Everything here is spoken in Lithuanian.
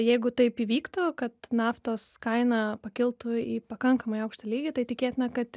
jeigu taip įvyktų kad naftos kaina pakiltų į pakankamai aukštą lygį tai tikėtina kad